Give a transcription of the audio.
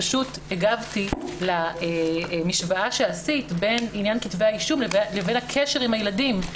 הגבתי למשוואה שעשית בין עניין כתבי האישום לבין הקשר עם הילדים.